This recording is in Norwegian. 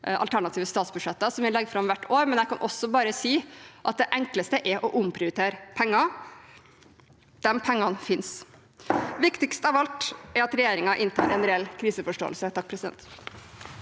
alternative statsbudsjetter, som vi legger fram hvert år, men jeg kan også bare si at det enkleste er å omprioritere penger. De pengene finnes. Viktigst av alt er at regjeringen inntar en reell kriseforståelse. Statsråd Espen